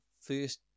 first